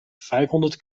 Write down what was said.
vijfhonderd